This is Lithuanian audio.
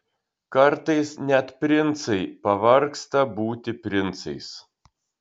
kartais net princai pavargsta būti princais